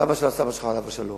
הסבא של הסבא שלך, עליו השלום,